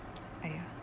!aiya!